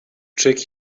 trick